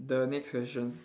the next question